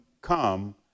come